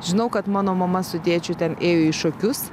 žinau kad mano mama su tėčiu ten ėjo į šokius